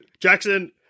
Jackson